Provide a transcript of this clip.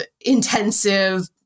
intensive